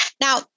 Now